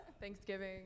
Thanksgiving